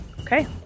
okay